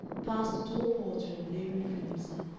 past a tall porter in blue and crimson,